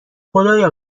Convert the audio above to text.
خدایا